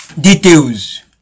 Details